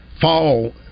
fall